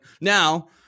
Now